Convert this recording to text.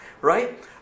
Right